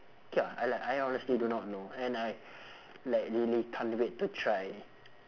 ya I like I honestly do not know and I like really can't wait to try